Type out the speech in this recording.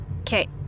Okay